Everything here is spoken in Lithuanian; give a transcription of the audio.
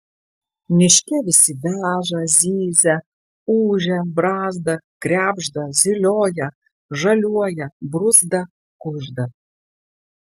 miške visi veža zyzia ūžia brazda krebžda zylioja žaliuoja bruzda kužda